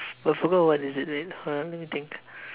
but I forgot what is it named wait ah let me think